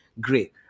Great